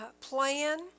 plan